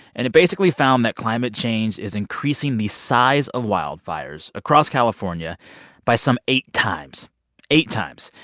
and it basically found that climate change is increasing the size of wildfires across california by some eight times eight times.